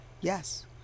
Yes